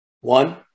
One